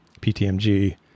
PTMG